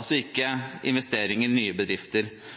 altså ikke